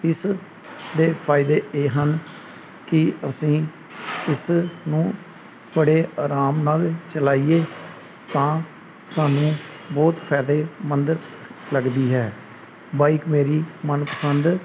ਇਸ ਦੇ ਫਾਇਦੇ ਇਹ ਹਨ ਕਿ ਅਸੀਂ ਇਸ ਨੂੰ ਬੜੇ ਆਰਾਮ ਨਾਲ ਚਲਾਈਏ ਤਾਂ ਸਾਨੂੰ ਬਹੁਤ ਫਾਇਦੇਮੰਦ ਲੱਗਦੀ ਹੈ ਬਾਈਕ ਮੇਰੀ ਮਨਪਸੰਦ